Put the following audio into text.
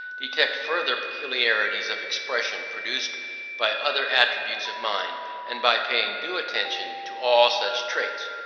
detect further peculiarities of expression produced by other attitudes of mind and by paying due attention to all such traits,